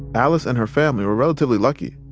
alice and her family were relatively lucky.